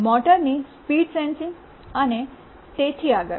મોટરની speed sensing અને તેથી આગળ